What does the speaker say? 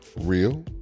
real